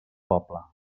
poble